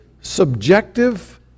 subjective